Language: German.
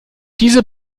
diese